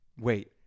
wait